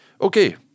Okay